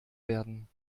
werden